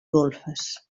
golfes